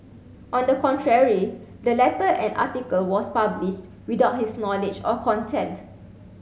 on the contrary the letter and article was published without his knowledge or consent